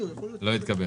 אנחנו ממשיכים,